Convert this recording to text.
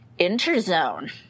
Interzone